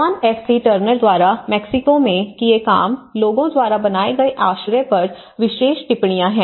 John F C Turner द्वारा Mexico में किए काम लोगों द्वारा बनाए गए आश्रय पर विशेष टिप्पणियां है